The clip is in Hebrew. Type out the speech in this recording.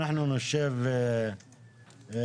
אנחנו נשב אני,